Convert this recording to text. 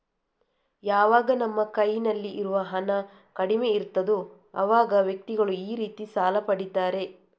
ಯಾವಾಗ ನಮ್ಮ ಕೈನಲ್ಲಿ ಇರುವ ಹಣ ಕಡಿಮೆ ಇರ್ತದೋ ಅವಾಗ ವ್ಯಕ್ತಿಗಳು ಈ ರೀತಿ ಸಾಲ ಪಡೀತಾರೆ